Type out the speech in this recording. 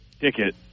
ticket